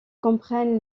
comprennent